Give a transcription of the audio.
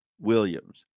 Williams